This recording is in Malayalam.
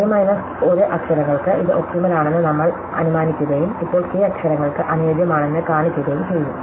k മൈനസ് 1 അക്ഷരങ്ങൾക്ക് ഇത് ഒപ്റ്റിമൽ ആണെന്ന് നമ്മൾ അനുമാനിക്കുകയും ഇപ്പോൾ k അക്ഷരങ്ങൾക്ക് അനുയോജ്യമാണെന്ന് കാണിക്കുകയും ചെയ്യും